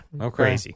Okay